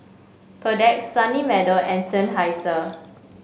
Perdix Sunny Meadow and Seinheiser